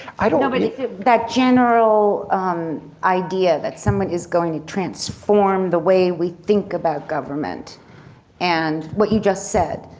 i know but that general idea that someone is going to transform the way we think about government and what you just said.